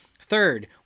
Third